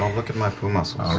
look at my pu-muscles.